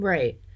Right